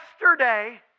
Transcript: yesterday